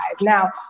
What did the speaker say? Now